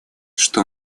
что